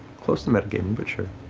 close to meta gaming, but sure.